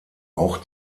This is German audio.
auch